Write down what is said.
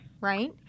right